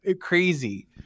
crazy